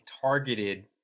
targeted